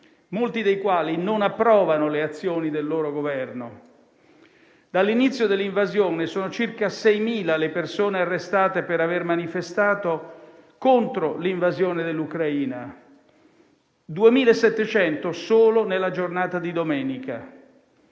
molti dei quali non approvano le azioni del loro Governo. Dall'inizio dell'invasione sono circa 6.000 le persone arrestate per aver manifestato contro l'invasione dell'Ucraina, 2.700 solo nella giornata di domenica.